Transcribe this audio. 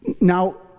Now